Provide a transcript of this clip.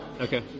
okay